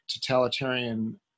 totalitarian